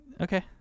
Okay